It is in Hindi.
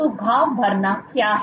तो घाव भरना क्या है